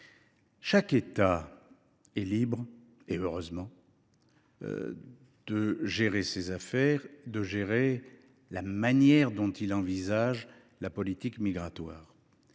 Chaque État est libre, et c’est heureux, de gérer ses affaires, de gérer la manière dont il envisage la politique migratoire.